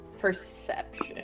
Perception